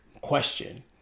question